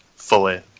Fully